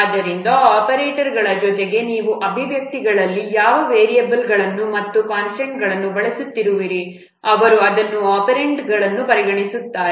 ಆದ್ದರಿಂದ ಆಪರೇಟರ್ಗಳ ಜೊತೆಗೆ ನೀವು ಅಭಿವ್ಯಕ್ತಿಗಳಲ್ಲಿ ಯಾವ ವೇರಿಯಬಲ್ಗಳು ಮತ್ತು ಕಾನ್ಸ್ಟಂಟ್ಗಳನ್ನು ಬಳಸುತ್ತಿರುವಿರಿ ಅವರು ಅದನ್ನು ಒಪೆರಾಂಡ್ಗಳಾಗಿ ಪರಿಗಣಿಸುತ್ತಾರೆ